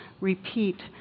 repeat